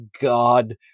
God